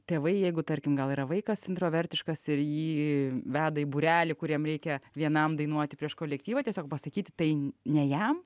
tėvai jeigu tarkim gal yra vaikas introvertiškas ir jį veda į būrelį kur jam reikia vienam dainuoti prieš kolektyvą tiesiog pasakyti tai ne jam